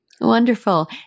Wonderful